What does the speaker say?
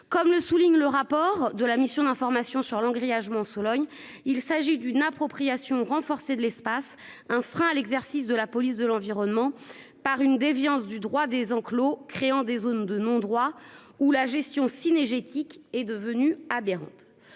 Comme le souligne le rapport de la mission d'information sur le grillage m'en Sologne. Il s'agit d'une appropriation renforcé de l'espace, un frein à l'exercice de la police de l'environnement par une déviance du droit des enclos créant des zones de non-droit où la gestion cynégétique est devenue aberrante.